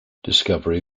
discovery